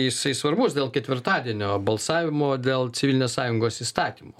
jisai svarbus dėl ketvirtadienio balsavimo dėl civilinės sąjungos įstatymo